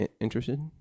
Interested